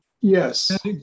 Yes